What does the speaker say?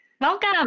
Welcome